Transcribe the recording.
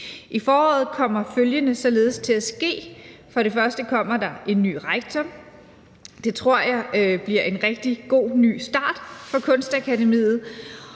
I foråret kommer følgende således til at ske: Først og fremmest kommer der en ny rektor. Det tror jeg bliver en rigtig god ny start for Kunstakademiet.